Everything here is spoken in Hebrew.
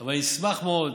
אבל אני אשמח מאוד